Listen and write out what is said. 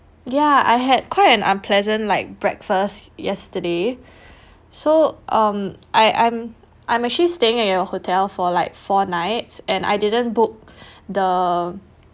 ya I had quite an unpleasant like breakfast yesterday so um I I'm I'm actually staying at your hotel for like four nights and I didn't book the